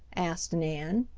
asked nan.